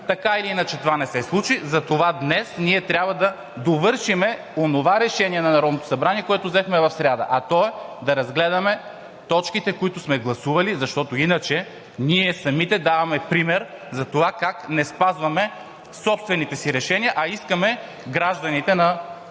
така или иначе това не се случи, затова днес ние трябва да довършим онова решение на Народното събрание, което взехме в сряда, а то е да разгледаме точките, които сме гласували, защото иначе ние самите даваме пример за това как не спазваме собствените си решения, а искаме гражданите на